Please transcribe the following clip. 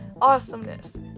awesomeness